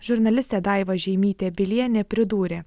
žurnalistė daiva žeimytė bilienė pridūrė